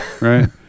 right